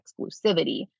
exclusivity